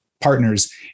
partners